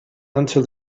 until